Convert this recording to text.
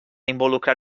involucrar